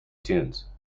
tunes